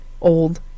old